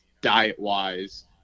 diet-wise